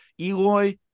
Eloy